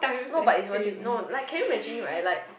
no but it's worth it no like can you imagine right like